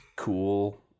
cool